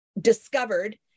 Discovered